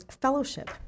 fellowship